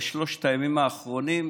בשלושת הימים האחרונים,